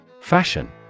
Fashion